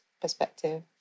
perspective